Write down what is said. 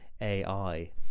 ai